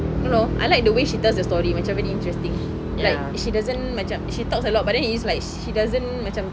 don't know I like the way she tells the story macam very interesting like she doesn't macam she talks a lot but it is like she doesn't macam